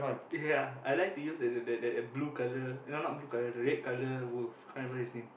ya I like to use that that that that blue color eh not not blue the red color wolf can't remember his name